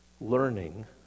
learning